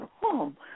home